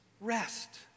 rest